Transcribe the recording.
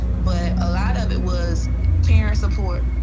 but a lot of it was parent support,